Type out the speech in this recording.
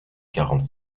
quarante